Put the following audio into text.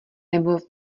nebo